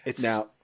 Now